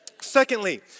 Secondly